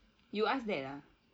you asked that ah